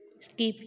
skip